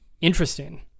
Interesting